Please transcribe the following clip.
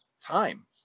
time